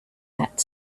that